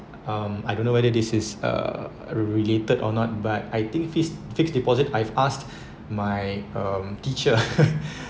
um I don't know whether this is uh related or not but I think fix~ fixed deposit I've asked my um teacher